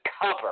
Cover